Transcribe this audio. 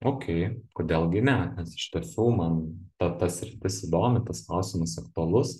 okei kodėl gi ne iš tiesų man ta ta sritis įdomi tas klausimas aktualus